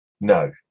No